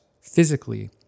physically